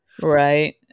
right